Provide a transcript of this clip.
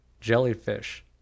jellyfish